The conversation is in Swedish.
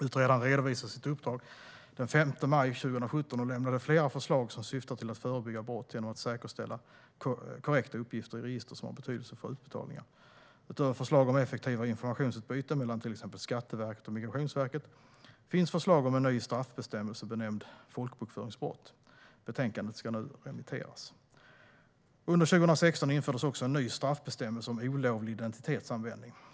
Utredaren redovisade sitt uppdrag den 5 maj 2017 och lämnade flera förslag som syftar till att förebygga brott genom att säkerställa korrekta uppgifter i register som har betydelse för utbetalningar. Utöver förslag om effektivare informationsutbyte mellan till exempel Skatteverket och Migrationsverket finns förslag om en ny straffbestämmelse benämnd folkbokföringsbrott . Betänkandet ska nu remitteras. Under 2016 infördes också en ny straffbestämmelse om olovlig identitetsanvändning.